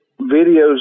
videos